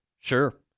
Sure